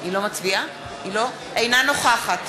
אינה נוכחת